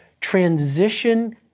transition